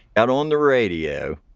out on the radio,